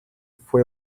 fue